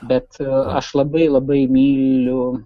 bet aš labai labai myliu